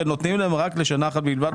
ונותנים להם לשנה אחת בלבד,